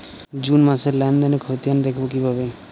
June মাসের লেনদেনের খতিয়ান দেখবো কিভাবে?